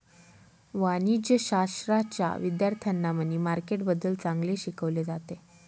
वाणिज्यशाश्राच्या विद्यार्थ्यांना मनी मार्केटबद्दल चांगले शिकवले जाते